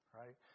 right